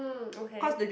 um okay